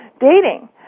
dating